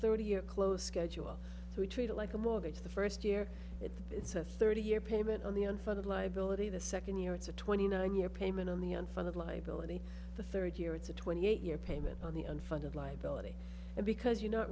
thirty year close schedule so we treat it like a mortgage the first year if it's a thirty year payment on the unfunded liability the second year it's a twenty nine year payment on the unfunded liability the third year it's a twenty eight year payment on the unfunded liability and because you're not